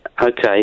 Okay